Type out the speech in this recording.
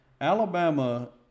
Alabama